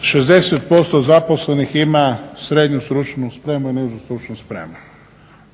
60% zaposlenih ima srednju stručnu spremu i nižu stručnu spremu